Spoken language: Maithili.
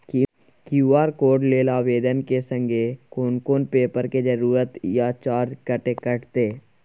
क्यू.आर कोड लेल आवेदन के संग कोन कोन पेपर के जरूरत इ आ चार्ज कत्ते कटते?